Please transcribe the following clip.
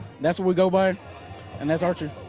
that's what we go by and that's archer.